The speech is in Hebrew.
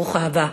ברוכה הבאה.